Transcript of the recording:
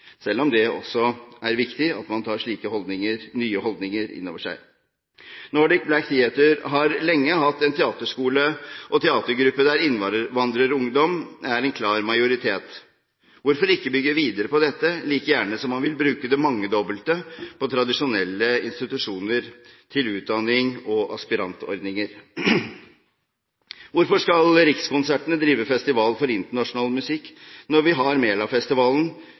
selv om det også er viktig at man tar slike nye holdninger inn over seg. Nordic Black Theatre har lenge hatt en teaterskole og teatergruppe der innvandrerungdom er en klar majoritet. Hvorfor ikke bygge videre på dette, like gjerne som å bruke det mangedobbelte på tradisjonelle institusjoner til utdanning og aspirantordninger? Hvorfor skal Rikskonsertene drive festival for internasjonal musikk, når vi har Melafestivalen